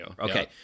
Okay